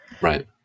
right